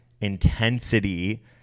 intensity